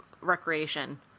recreation